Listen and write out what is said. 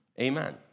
Amen